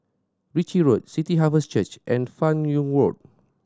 Ritchie Road City Harvest Church and Fan Yoong Road